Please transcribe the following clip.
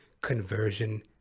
conversion